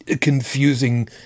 confusing